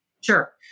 Sure